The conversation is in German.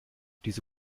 diese